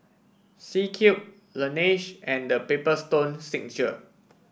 C Cube Laneige and The Paper Stone Signature